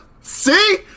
See